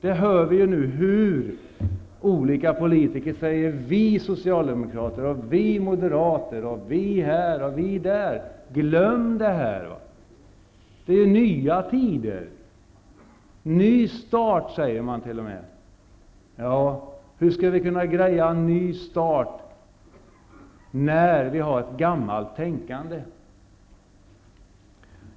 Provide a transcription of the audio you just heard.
Vi hör nu hur olika politiker säger: Vi socialdemokrater, vi moderater, vi här och vi där. Glöm det! Det är nya tider -- ny start säger man t.o.m. Hur skall vi kunna greja en ny start, när vi har ett gammalt tänkande?